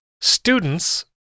Students